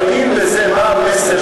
בדיוק.